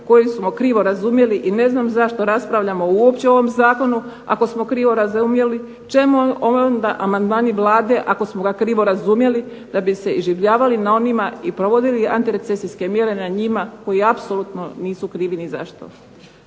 koju smo krivo razumjeli i ne znam zašto raspravljamo uopće o ovom zakonu ako smo krivo razumjeli, čemu onda amandmani Vlade ako smo ga krivo razumjeli da bi se iživljavali na onima i provodili antirecesijske mjere na njima koji apsolutno nisu krivi nizašto.